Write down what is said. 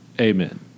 Amen